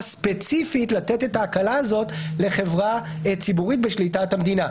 ספציפית לתת את ההקלה הזאת לחברה ציבורית בשליטת המדינה.